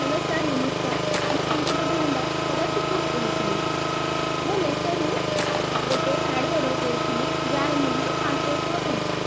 hello sir ନମସ୍କାର ମୁଁ ପିଙ୍କି ଦେବୀ ମୁଣ୍ଡା ସଦାଶିବପୁରରୁ କହୁଥିଲି ମୁଁ ମେସୋରୁ ଗୋଟେ ଶାଢ଼ୀ ଅର୍ଡ଼ର୍ କରୁଥିଲି ଯାହାର ମୂଲ୍ୟ ପାଞ୍ଚଶହ ଟଙ୍କା